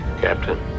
Captain